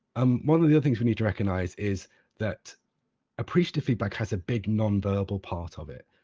um one of the other things we need to recognise is that appreciative feedback has a big non-verbal part of it.